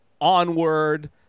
onward